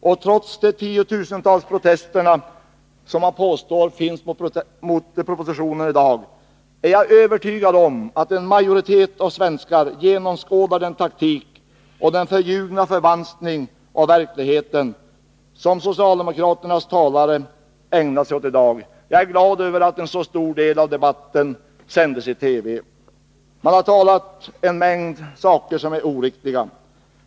Och trots de tiotusentals protester som man påstår finns mot propositionen i dag, är jag övertygad om att en majoritet svenskar genomskådar den taktik och den förljugna förvanskning av verkligheten som socialdemokraternas talare ägnat sig åt i dag. Jag är glad över att en så stor del av debatten sändes i TV. Man har sagt en mängd saker som är oriktiga.